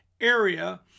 area